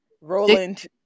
Roland